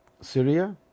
Syria